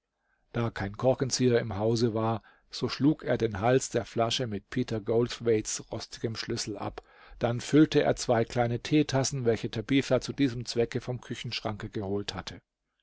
da kein korkzieher im hause vorhanden war so schlug er den hals der flasche mit peter goldthwaite's rostigem schlüssel ab dann füllte er zwei kleine teetassen welche tabitha zu diesem zwecke vom küchenschranke geholt hatte